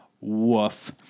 Woof